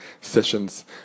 sessions